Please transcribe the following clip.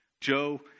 Joe